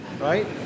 Right